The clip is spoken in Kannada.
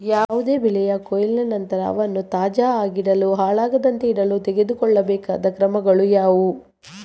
ಯಾವುದೇ ಬೆಳೆಯ ಕೊಯ್ಲಿನ ನಂತರ ಅವನ್ನು ತಾಜಾ ಆಗಿಡಲು, ಹಾಳಾಗದಂತೆ ಇಡಲು ತೆಗೆದುಕೊಳ್ಳಬೇಕಾದ ಕ್ರಮಗಳು ಯಾವುವು?